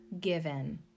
given